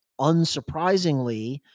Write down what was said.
unsurprisingly